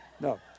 no